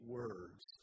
words